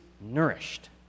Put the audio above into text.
nourished